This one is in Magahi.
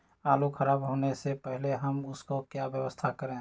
आलू खराब होने से पहले हम उसको क्या व्यवस्था करें?